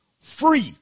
Free